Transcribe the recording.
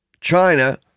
China